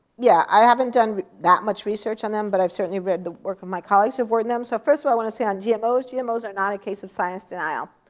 yeah, i haven't done that much research on them but i've certainly read the work of my colleagues have written them. so first of all i want to say on gmos, gmos are not a case of science denial.